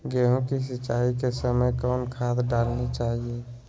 गेंहू के सिंचाई के समय कौन खाद डालनी चाइये?